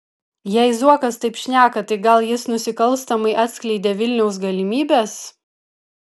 jei zuokas taip šneka tai gal jis nusikalstamai atskleidė vilniaus galimybes